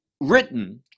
written